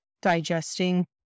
digesting